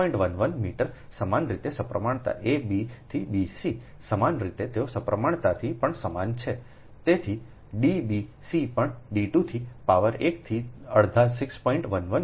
11 metre સમાન રીતે સપ્રમાણતા a b થી b c સમાન રીતે તેઓ સપ્રમાણતાથી પણ સમાન છેતેથી d b c પણ D2 થી પાવર 1 થી અડધા 6